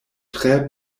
tre